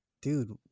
dude